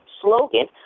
slogan